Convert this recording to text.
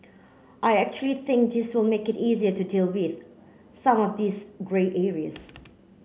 I actually think this will make it easier to deal with some of these grey areas